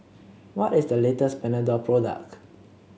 what is the latest Panadol product